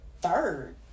third